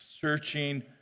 searching